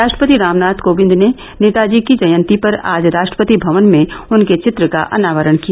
राष्ट्रपति रामनाथ कोविंद ने नेताजी की जयंती पर आज राष्ट्रपति भवन में उनके चित्र का अनावरण किया